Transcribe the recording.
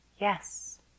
Yes